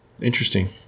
Interesting